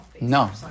No